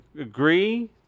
agree